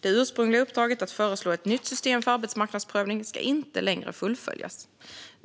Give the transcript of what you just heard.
Det ursprungliga uppdraget att föreslå ett nytt system för arbetsmarknadsprövning ska inte längre fullföljas.